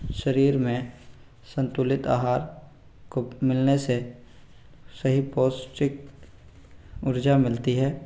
शरीर में संतुलित आहार को मिलने से सही पौष्टिक ऊर्जा मिलती है